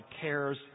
cares